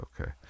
Okay